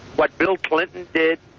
what bill clinton did?